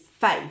face